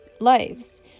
lives